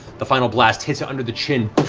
the final blast hits it under the chin,